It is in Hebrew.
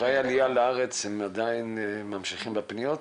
אחרי העלייה לארץ הם עדיין ממשיכים בפניות?